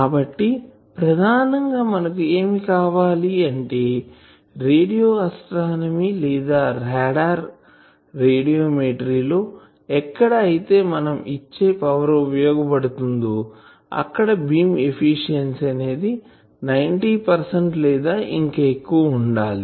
కాబట్టి ప్రధానంగా మనకు ఏమి కావాలి అంటే రేడియో ఆస్ట్రానమీ లేదా రాడార్ రేడియోమెట్రీ లో ఎక్కడ అయితే మనం ఇచ్చే పవర్ ఉపయోగపడుతుందో అక్కడ బీమ్ ఎఫిషియన్సీ అనేది 90 పెర్సెంట్ లేదా ఇంకా ఎక్కువ ఉండాలి